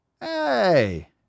Hey